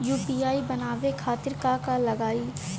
UPI बनावे खातिर का का लगाई?